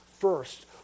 first